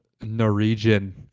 norwegian